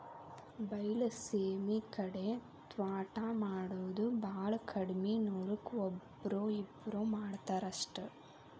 ಬೈಲಸೇಮಿ ಕಡೆ ತ್ವಾಟಾ ಮಾಡುದ ಬಾಳ ಕಡ್ಮಿ ನೂರಕ್ಕ ಒಬ್ಬ್ರೋ ಇಬ್ಬ್ರೋ ಮಾಡತಾರ ಅಷ್ಟ